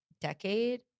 decade